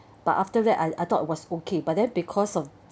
but after that I I thought was okay but then because of